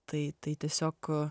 tai tai tiesiog